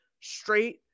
straight